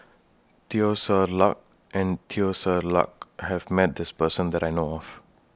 Teo Ser Luck and Teo Ser Luck has Met This Person that I know of